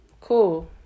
Cool